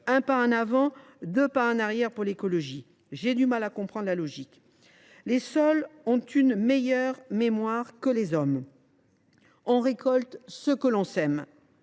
un pas en avant, deux pas en arrière ! J’ai du mal à comprendre la logique. Les sols ont une meilleure mémoire que les hommes. On récolte ce que l’on sème